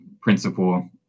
principle